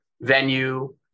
venue